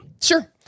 Sure